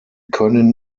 können